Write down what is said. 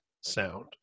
sound